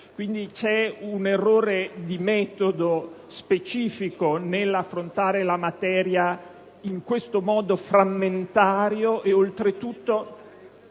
quindi un errore di metodo specifico nell'affrontare la materia in questo modo frammentario e oltretutto